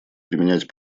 применять